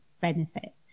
benefit